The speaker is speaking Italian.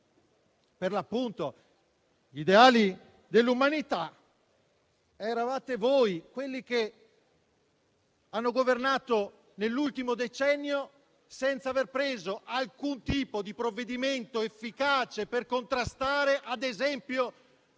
per l'appunto gli ideali dell'umanità eravate voi, ossia quelli che hanno governato nell'ultimo decennio senza aver preso alcun tipo di provvedimento efficace per contrastare ad esempio